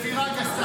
פשוט בושה.